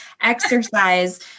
exercise